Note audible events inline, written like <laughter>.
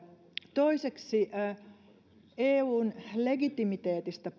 toiseksi tässä puhuttiin eun legitimiteetistä <unintelligible>